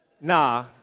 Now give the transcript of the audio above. Nah